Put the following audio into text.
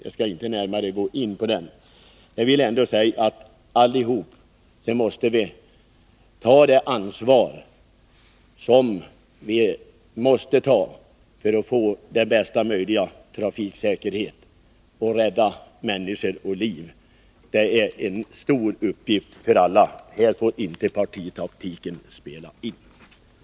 Jag skall inte närmare gå in på det. Jag vill emellertid säga att vi alla måste ta vårt ansvar för att få bästa möjliga trafiksäkerhet och rädda människoliv. Det är en stor uppgift för alla, och här får inte partitaktiken lägga hinder i vägen för nödvändiga beslut.